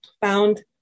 found